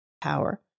power